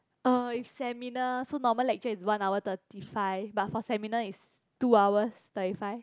uh is seminar so normal lecture is one hour thirty five but for seminar is two hours thirty five